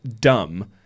dumb